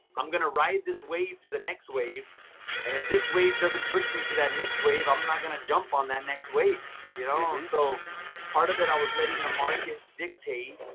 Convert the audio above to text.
i'm going to ride this wave to the next wave and if this wave doesn't push me to that next wave, i'm not going to jump on that next wave you know, so part of it, i was letting the market dictate.